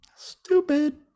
Stupid